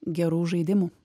gerų žaidimų